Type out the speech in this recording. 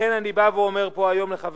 לכן אני בא ואומר פה לחברי: